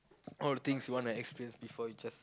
all the things you wanna explains before you just